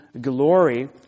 glory